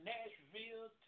Nashville